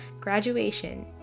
graduation